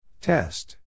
Test